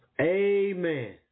Amen